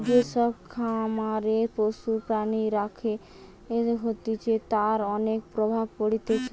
যে সব খামারে পশু প্রাণী রাখা হতিছে তার অনেক প্রভাব পড়তিছে